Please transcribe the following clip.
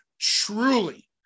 truly